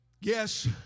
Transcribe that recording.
Yes